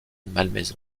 malmaison